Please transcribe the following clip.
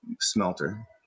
smelter